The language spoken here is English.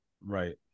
Right